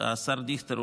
השר דיכטר,